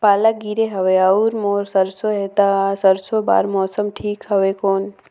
पाला गिरे हवय अउर मोर सरसो हे ता सरसो बार मौसम ठीक हवे कौन?